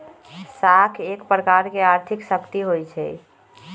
साख एक प्रकार के आर्थिक शक्ति होइ छइ